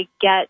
get